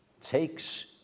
takes